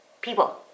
People